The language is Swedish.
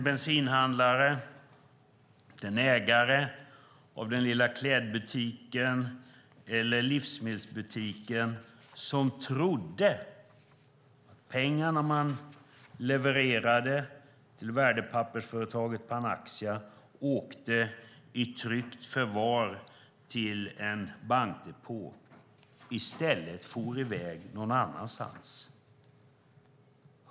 Bensinhandlare och ägare av små klädbutiker eller livsmedelsbutiker trodde att pengarna de levererade till värdepappersföretaget Panaxia åkte i tryggt förvar till en bankdepå, men i stället for de i väg någon annanstans.